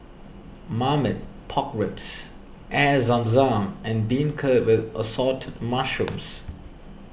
Marmite Pork Ribs Air Zam Zam and Beancurd with Assorted Mushrooms